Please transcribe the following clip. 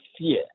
fear